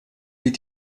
wie